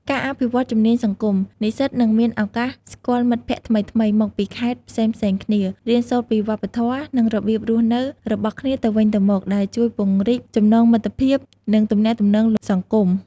ការអភិវឌ្ឍជំនាញសង្គម និស្សិតនឹងមានឱកាសស្គាល់មិត្តភក្តិថ្មីៗមកពីខេត្តផ្សេងៗគ្នា រៀនសូត្រពីវប្បធម៌ និងរបៀបរស់នៅរបស់គ្នាទៅវិញទៅមក ដែលជួយពង្រីកចំណងមិត្តភាព និងទំនាក់ទំនងសង្គម។